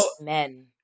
men